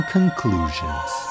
Conclusions